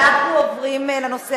מצוין.